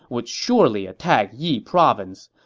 would surely attack yi province.